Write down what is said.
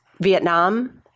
Vietnam